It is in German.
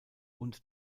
und